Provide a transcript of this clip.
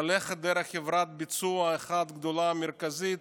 ללכת דרך חברת ביצוע אחת גדולה, מרכזית,